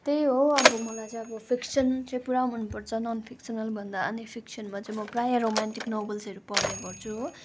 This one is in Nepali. त्यही हो अब मलाई चाहिँ अब फिक्सन चाहिँ पुरा मन पर्छ नन् फिक्सनल भन्दा अनि फिक्सनमा चाहिँ म प्रायः रोमान्टिक नोभल्सहरू पढ्ने गर्छु हो